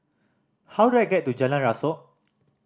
how do I get to Jalan Rasok